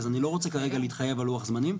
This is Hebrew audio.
אז אני לא רוצה כרגע להתחייב על לוח זמנים.